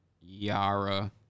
Yara